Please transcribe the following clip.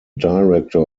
director